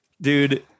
dude